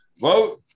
vote